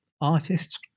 artists